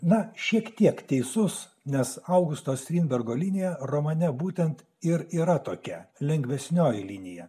na šiek tiek teisus nes augusto strindbergo linija romane būtent ir yra tokia lengvesnioji linija